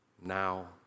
now